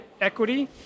equity